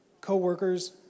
co-workers